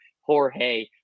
Jorge